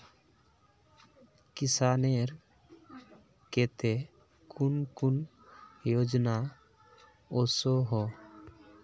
किसानेर केते कुन कुन योजना ओसोहो?